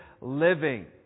living